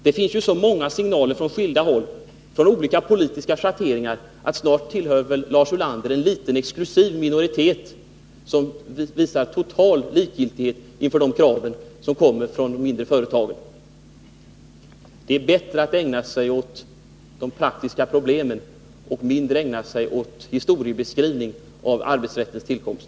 Det finns nu så många signaler från skilda håll, från olika politiska schatteringar, att Lars Ulander väl snart tillhör en liten, exklusiv minoritet som visar total likgiltighet inför de krav som kommer från de mindre företagen. Det är bättre att mer ägna sig åt de praktiska problemen och mindre åt historiebeskrivning av arbetsrättens tillkomst.